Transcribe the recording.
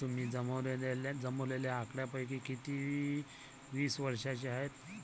तुम्ही जमवलेल्या आकड्यांपैकी किती वीस वर्षांचे आहेत?